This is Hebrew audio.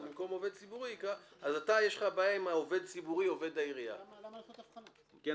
ובמקום "עובד ציבורי" יקראו "עובד העירייה"; אז